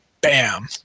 Bam